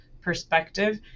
perspective